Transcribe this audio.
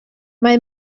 mae